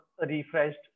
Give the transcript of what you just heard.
refreshed